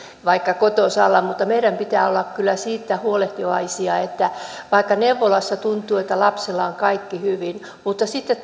vaikka kotosalla mutta meidän pitää olla kyllä siitä huolehtivaisia että vaikka neuvolassa tuntuu että lapsella on kaikki hyvin niin sitten